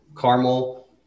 caramel